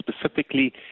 specifically